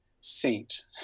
saint